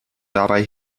dabei